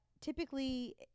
typically